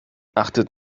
achtet